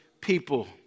people